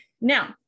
now